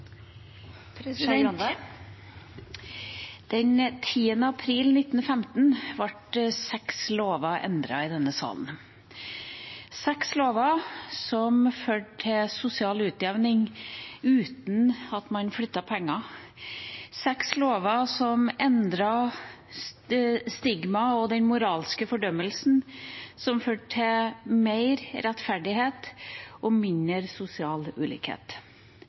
april 1915 ble seks lover endret i denne salen, seks lover som førte til sosial utjevning uten at en flyttet penger, seks lover som endret stigmaet og den moralske fordømmelsen, og som førte til mer rettferdighet og mindre sosial ulikhet.